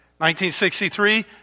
1963